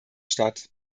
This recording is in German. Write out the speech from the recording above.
statt